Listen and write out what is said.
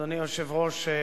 אדוני היושב-ראש,